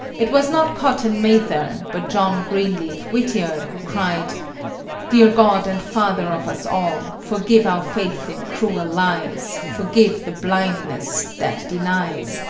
it was not cotton mather, but john greenleaf whittier, who cried dear god and father of us all, forgive our faith in cruel lies, forgive the blindness that denies.